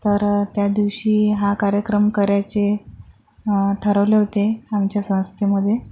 तर त्या दिवशी हा कार्यक्रम करायचे ठरवले होते आमच्या संस्थेमधे